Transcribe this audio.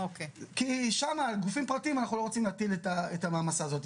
כי שם על גופים פרטיים אנחנו לא רוצים להטיל את המעמסה הזאת.